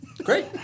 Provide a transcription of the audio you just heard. Great